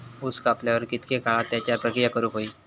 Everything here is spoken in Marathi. ऊस कापल्यार कितके काळात त्याच्यार प्रक्रिया करू होई?